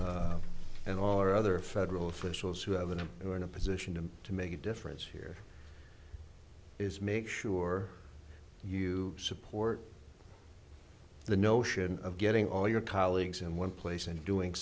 all our other federal officials who have been in who are in a position to to make a difference here is make sure you support the notion of getting all your colleagues in one place and doing